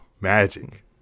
Magic